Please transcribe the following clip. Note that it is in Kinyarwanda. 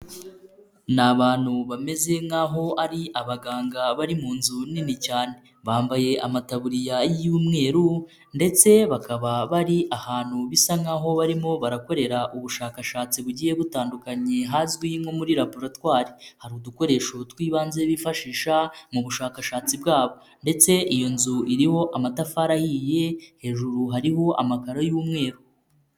Ni abantu bameze nk'aho ari abaganga bari mu nzu nini cyane, bambaye amataburiya y'umweru ndetse bakaba bari ahantu bisa nk'aho barimo barakorera ubushakashatsi bugiye butandukanye hazwi nko muri laboratware, hari udukoresho tw'ibanze bifashisha mu bushakashatsi bwabo, ndetse iyo nzu iriho amatafari ahiye hejuru hariho amakaro y'umweru.